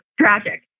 tragic